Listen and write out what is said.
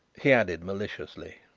he added maliciously,